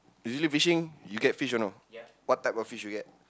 usually fishing you get fish or not what type of fish you get